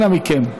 אנא מכם.